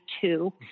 two